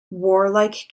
warlike